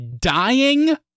dying